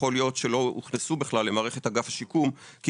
יכול להיות שלא הוכנסו בכלל למערכת אגף השיקום כי